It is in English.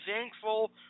thankful